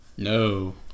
No